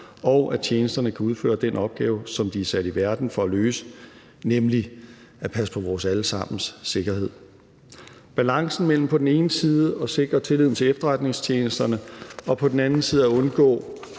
og at tjenesterne kan udføre den opgave, som de er sat i verden for at løse, nemlig at passe på vores alle sammens sikkerhed. Balancen mellem på den ene side at sikre tilliden til efterretningstjenesterne og på den anden side at undgå,